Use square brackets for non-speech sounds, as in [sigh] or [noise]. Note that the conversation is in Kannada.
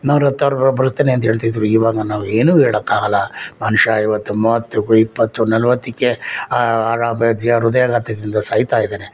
ನೂರು ಹತ್ತು ಅವ್ರು ಬದುಕ್ತಾನೆ ಅಂತ ಹೇಳ್ತಿದ್ರು ಈವಾಗ ನಾವು ಏನು ಹೇಳೋಕ್ಕಾಗೋಲ್ಲ ಮನುಷ್ಯ ಈವತ್ತು ಮೂವತ್ತು ಇಪ್ಪತ್ತು ನಲವತ್ತಕ್ಕೆ [unintelligible] ಹೃದಯಾಘಾತದಿಂದ ಸಾಯ್ತಾಯಿದ್ದಾನೆ